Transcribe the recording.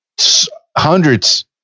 hundreds